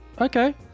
okay